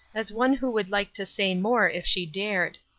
as one who would like to say more if she dared.